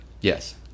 Yes